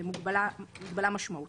זו מגבלה משמעותית,